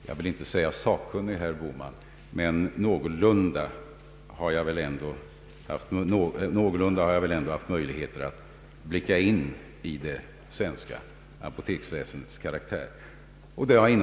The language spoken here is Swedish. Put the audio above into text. Jag vill inte påstå att jag är sakkunnig, men någorlunda har jag ändå haft möjlighet att blicka in i det svenska =apoteksväsendets karaktär.